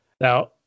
Now